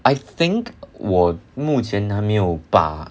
I think 我目前还没有把